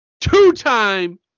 Two-time